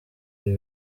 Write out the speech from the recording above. ibi